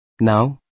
Now